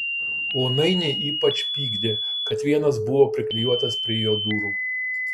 o nainį ypač pykdė kad vienas buvo priklijuotas prie jo durų